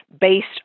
based